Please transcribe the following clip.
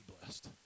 blessed